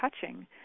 touching